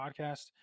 Podcast